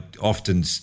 often